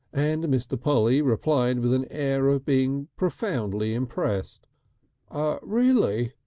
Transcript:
and mr. polly replied with an air of being profoundly impressed ah really!